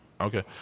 okay